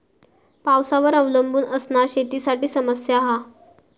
पावसावर अवलंबून असना शेतीसाठी समस्या हा